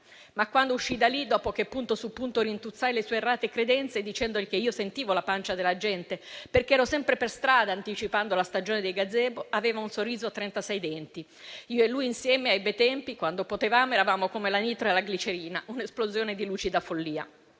Ma quando uscii da lì, dopo che punto su punto rintuzzai le sue errate credenze e dicendogli che io sentivo la pancia della gente, perché ero sempre per strada anticipando la stagione dei gazebo, aveva un sorriso a trentasei denti. Io e lui insieme ai bei tempi, quando potevamo, eravamo come la nitro e la glicerina, un'esplosione di lucida follia.